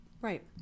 right